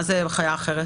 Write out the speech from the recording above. מה עוד יכול להיות?